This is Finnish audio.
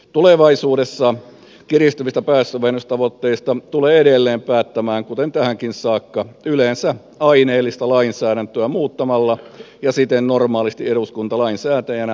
tulevaisuudessa kiristyvistä päästövähennystavoitteista tulee edelleen päättämään kuten tähänkin saakka yleensä aineellista lainsäädäntöä muuttamalla ja siten normaalisti eduskunta lainsäätäjänä